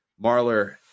Marler